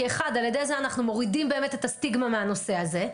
ראשית כי על ידי זה אנחנו באמת מורידים את הסטיגמה מהנושא הזה,